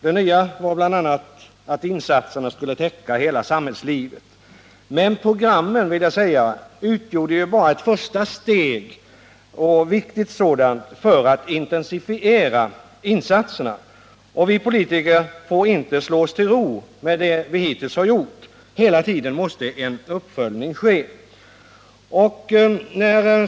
Det nya var bl.a. att insatserna skulle täcka hela samhällslivet. Men programmen utgjorde bara ett första viktigt steg för att intensifiera insatserna, och vi politiker får inte slå oss till ro med det vi hittills gjort. Hela tiden måste en uppföljning ske.